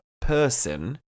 person